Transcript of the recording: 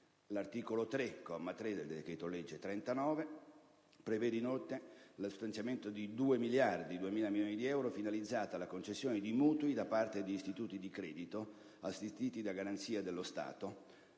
L'articolo 3, comma 3, del decreto‑legge n. 39 prevede inoltre lo stanziamento di 2 miliardi di euro, finalizzato alla concessione di mutui da parte di istituti di credito assistiti da garanzia dello Stato